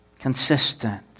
consistent